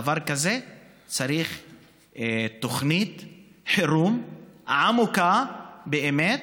לדבר כזה צריך תוכנית חירום עמוקה באמת,